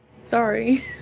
sorry